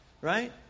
right